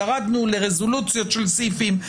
ירדנו לרזולוציות של סעיפים.